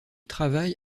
travaille